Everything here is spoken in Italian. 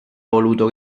voluto